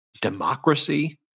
democracy